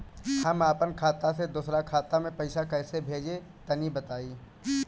हम आपन खाता से दोसरा के खाता मे पईसा कइसे भेजि तनि बताईं?